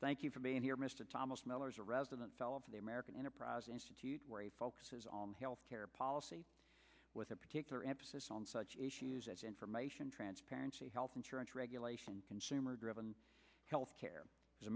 thank you for being here mr thomas miller's a resident fellow of the american enterprise institute where a focuses on health care policy with a particular emphasis on such issues as information transparency health insurance regulation consumer driven health care